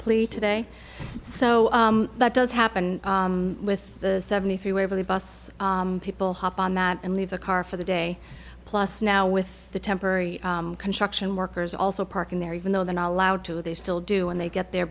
pleat today so that does happen with the seventy three way over the bus people hop on that and leave the car for the day plus now with the temporary construction workers also parking there even though they're not allowed to they still do when they get there